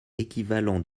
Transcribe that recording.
équivalent